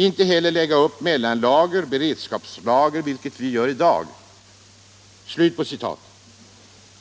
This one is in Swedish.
Inte heller lägga upp mellanlager-beredskapslager — vilket vi gör i dag.”